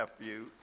nephew